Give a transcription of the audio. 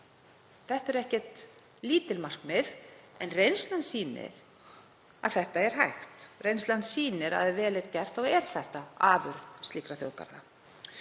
Þetta eru ekkert lítil markmið en reynslan sýnir að það er hægt. Reynslan sýnir að ef vel er gert þá er það afurð slíkra þjóðgarða.